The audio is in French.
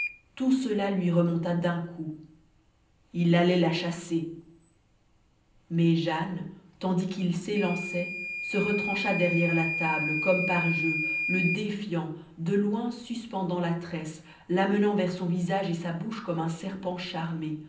tout cela lui remonta d'un coup il allait la chasser mais jane tandis qu'il s'élançait se retrancha derrière la table comme par jeu le défiant de loin suspendant la tresse l'amenant vers son visage et sa bouche comme un serpent charmé